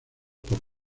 por